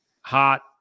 hot